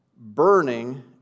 burning